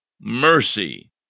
mercy